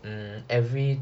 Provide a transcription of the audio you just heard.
mm every